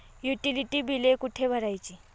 Utility बिले कुठे भरायची?